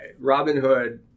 Robinhood